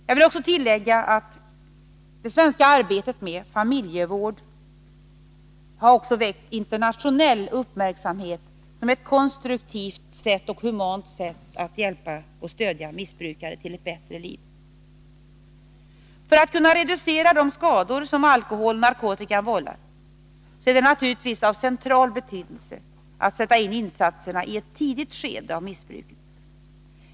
Jag vill tillägga att det svenska arbetet med familjevård också har väckt internatio nell uppmärksamhet som ett konstruktivt och humant sätt att hjälpa och Nr 153 stödja missbrukare till ett bättre liv. För att kunna reducera de skador som alkoholen och narkotikan vållar är det av central betydelse att man sätter in insatserna i ett tidigt skede av missbruket.